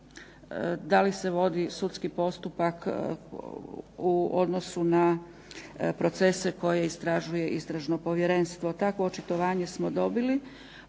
da li se vodi sudski postupak u odnosu na procese koje istražuje istražno povjerenstvo. Takvo očitovanje smo dobili,